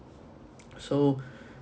so